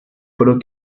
fueron